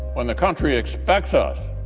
when the country expects us